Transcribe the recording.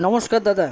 নমস্কার দাদা